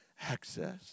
Access